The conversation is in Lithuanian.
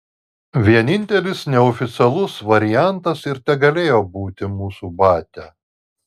vienintelis neoficialus variantas ir tegalėjo būti mūsų batia